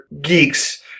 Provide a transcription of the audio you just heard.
geeks